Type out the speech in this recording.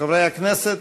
חברי הכנסת,